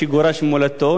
שגורש ממולדתו,